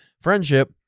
friendship